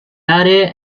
aree